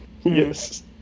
yes